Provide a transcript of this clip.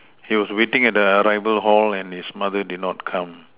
he was at the arriving hall and his mother did not come